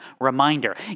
reminder